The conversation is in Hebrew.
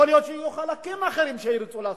יכול להיות שיהיו חלקים אחרים שירצו לעשות,